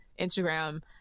Instagram